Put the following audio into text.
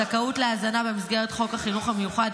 הזכאות להזנה במסגרת חוק החינוך המיוחד,